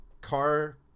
car